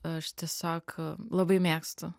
aš tiesiog labai mėgstu